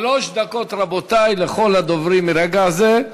שלוש דקות, רבותי, לכל הדוברים מרגע זה.